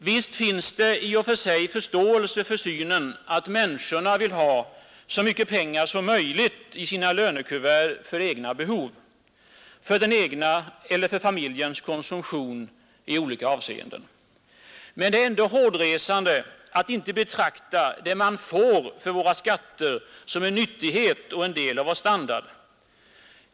Visst finns det i och för sig förståelse för synen att människorna vill ha så mycket pengar som möjligt i sina lönekuvert för egna behov och för den egna eller för familjens konsumtion i olika avseenden. Men det är ändå hårresande att inte betrakta det man får för våra skatter som en nyttighet och en del av vår standard.